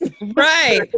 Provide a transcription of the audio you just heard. Right